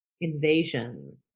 invasion